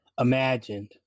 imagined